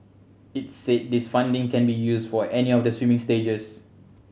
its said this funding can be used for any of the swimming stages